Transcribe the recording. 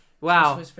wow